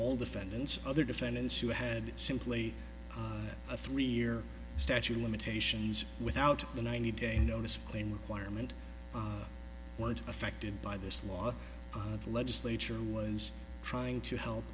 all defendants other defendants who had simply a three year statute of limitations without the ninety day notice claimed requirement went affected by this law legislature was trying to help